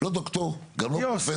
לא ד"ר גם לא פרופסור,